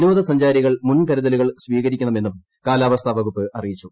വിനോദസഞ്ചാരികൾ മുൻകരുതലുകൾ സ്വീകരിക്കണമെന്നും കാലാവസ്ഥാവകുപ്പ് അറിയിച്ചു